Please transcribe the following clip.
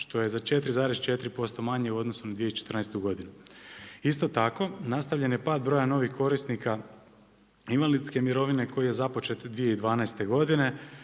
što je za 4,4% posto manje u odnosu na 2014. godinu. Isto tako nastavljen je pad broja novih korisnika invalidske mirovine koji je započet 2012. godine